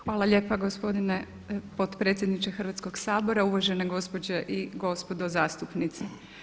Hvala lijepa gospodine potpredsjedniče Hrvatskog sabora, uvažene gospođe i gospodo zastupnici.